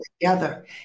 together